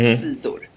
sidor